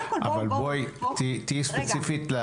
תהיי ספציפית.